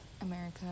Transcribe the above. america